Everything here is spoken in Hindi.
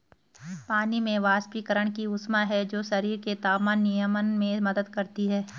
पानी में वाष्पीकरण की ऊष्मा है जो शरीर के तापमान नियमन में मदद करती है